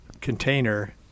container